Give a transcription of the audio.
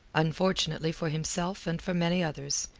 unfortunately for himself and for many others,